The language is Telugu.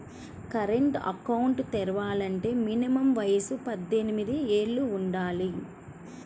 కరెంట్ అకౌంట్ తెరవాలంటే మినిమం వయసు పద్దెనిమిది యేళ్ళు వుండాలి